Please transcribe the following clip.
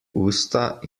usta